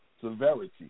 severity